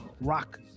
Rock